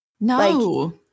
no